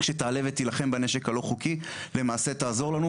שתעלה ותילחם בנשק הלא חוקי למעשה תעזור לנו,